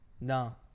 No